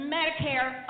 Medicare